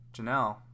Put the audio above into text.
Janelle